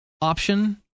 option